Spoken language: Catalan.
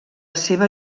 seva